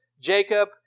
Jacob